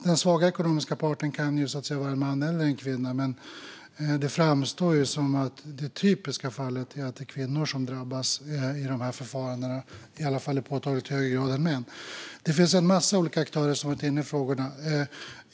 Den svaga ekonomiska parten kan vara en man eller en kvinna, men det framstår som att det i det typiska fallet är en kvinna som drabbas i förfarandena, i alla fall i påtagligt högre grad än män. Det finns en massa olika aktörer som har varit inne på frågorna.